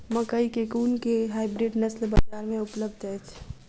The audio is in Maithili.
मकई केँ कुन केँ हाइब्रिड नस्ल बजार मे उपलब्ध अछि?